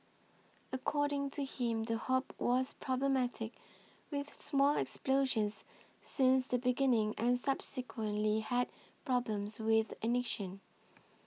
according to him the hob was problematic with small explosions since the beginning and subsequently had problems with the ignition